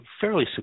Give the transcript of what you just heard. fairly